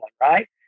right